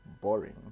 boring